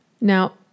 Now